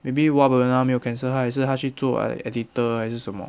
maybe !wah! banana 没有 cancel 他也是他去做 editor 还是什么